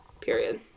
Period